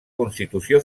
constitució